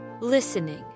listening